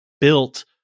built